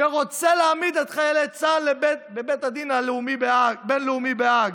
שרוצה להעמיד את חיילי צה"ל לדין בבית הדין הבין-לאומי בהאג,